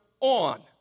on